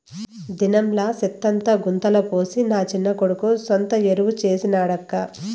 దినంలా సెత్తంతా గుంతల పోసి నా చిన్న కొడుకు సొంత ఎరువు చేసి నాడక్కా